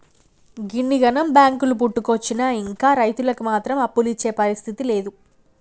గిన్నిగనం బాంకులు పుట్టుకొచ్చినా ఇంకా రైతులకు మాత్రం అప్పులిచ్చే పరిస్థితి లేదు